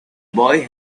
boy